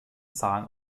zahlen